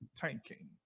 tanking